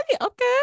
okay